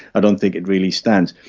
i don't think it really stands.